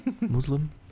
muslim